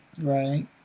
Right